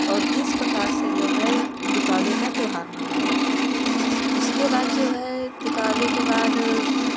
और इस प्रकार से जो है दीपावली का त्यौहार मनाया जाता है उसके बाद जो है दीपावली के बाद